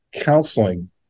counseling